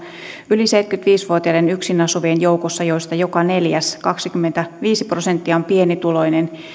yli seitsemänkymmentäviisi vuotiaiden yksinasuvien joukossa joista joka neljäs kaksikymmentäviisi prosenttia on pienituloinen